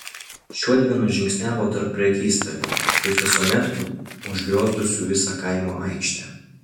šiuodvi nužingsniavo tarp prekystalių kaip visuomet užgriozdusių visą kaimo aikštę